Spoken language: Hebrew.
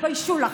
תתביישו לכם.